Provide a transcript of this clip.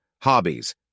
hobbies